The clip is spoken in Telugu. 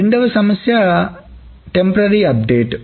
రెండవ సమస్య తాత్కాలిక నవీకరణ